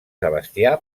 sebastià